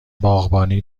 باغبانی